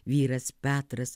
vyras petras